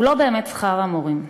הוא לא באמת שכר המורים,